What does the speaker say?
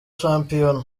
shampiyona